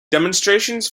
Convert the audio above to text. demonstrations